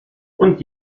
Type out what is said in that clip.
und